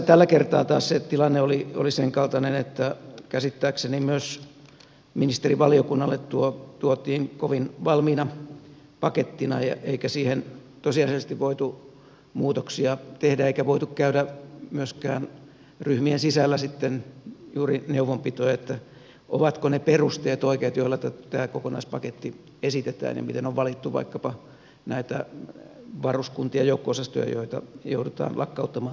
tällä kertaa taas se tilanne oli sen kaltainen että käsittääkseni myös ministerivaliokunnalle tuo tuotiin kovin valmiina pakettina eikä siihen tosiasiallisesti voitu muutoksia tehdä eikä voitu käydä myöskään ryhmien sisällä sitten juuri neuvonpitoja ovatko ne perusteet oikeat joilla tämä kokonaispaketti esitetään ja miten on valittu vaikkapa näitä varuskuntia joukko osastoja joita joudutaan lakkauttamaan tai yhdistämään